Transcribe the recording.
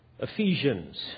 Ephesians